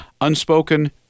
unspoken